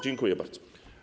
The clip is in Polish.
Dziękuję bardzo.